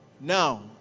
Now